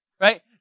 Right